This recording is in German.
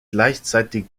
gleichzeitig